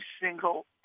single